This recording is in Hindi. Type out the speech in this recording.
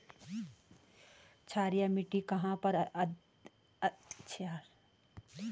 क्षारीय मिट्टी कहां पर अत्यधिक मात्रा में पाई जाती है?